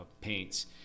paints